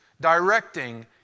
directing